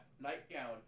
Nightgown